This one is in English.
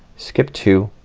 skip two,